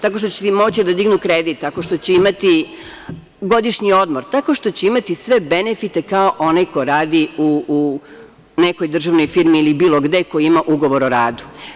Tako što će moći da dignu kredit, tako što će imati godišnji odmor, tako što će imati sve benefite kao onaj ko radi u nekoj državnoj firmi ili bilo gde, ko ima ugovor o radu.